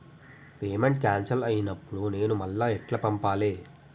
Payment cancel అయినపుడు నేను మళ్ళా ఎట్ల పంపాలే?